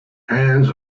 hands